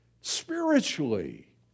spiritually